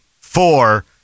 four